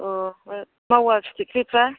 ओ अ मावा फिथिख्रिफ्रा